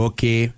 Okay